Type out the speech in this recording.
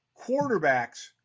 quarterbacks